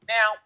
Now